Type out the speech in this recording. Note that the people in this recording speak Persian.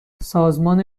سازمان